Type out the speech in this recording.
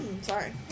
sorry